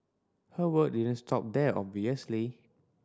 her work didn't stop there obviously